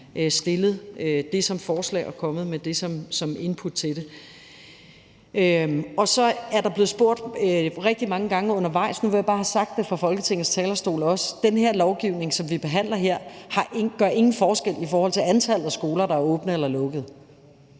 stillet det som forslag. Så er der blevet spurgt rigtig mange gange undervejs, og nu vil jeg bare have sagt det fra Folketingets talerstol også: Den lovgivning, som vi behandler her, gør ingen forskel i forhold til antallet af skoler, der er åbne eller lukkede.